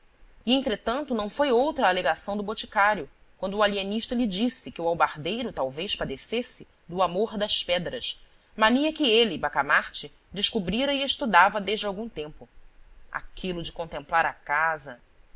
entretanto não foi outra a alegação do boticário quando o alienista lhe disse que o albardeiro talvez padecesse do amor das pedras mania que ele bacamarte descobrira e estudava desde algum tempo aquilo de contemplar a casa